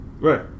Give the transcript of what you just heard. Right